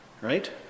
right